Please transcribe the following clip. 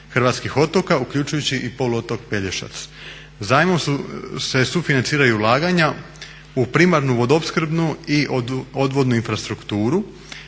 hrvatskih otoka, uključujući i poluotok Pelješac. Zajmom se sufinanciraju ulaganja u primarnu vodoopskrbnu i odvodnu infrastrukturu